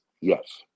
Yes